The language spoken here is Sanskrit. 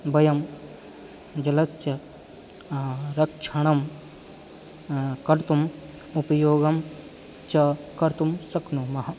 वयं जलस्य रक्षणं कर्तुम् उपयोगं च कर्तुं शक्नुमः